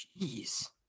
Jeez